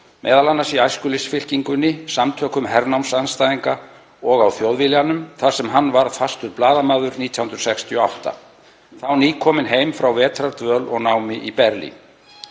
m.a. í Æskulýðsfylkingunni, Samtökum hernámsandstæðinga og á Þjóðviljanum þar sem hann varð fastur blaðamaður 1968, þá nýkominn heim frá vetrardvöl og námi í Berlín.